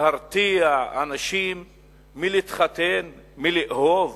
להרתיע אנשים מלהתחתן, מלאהוב?